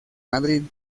madrid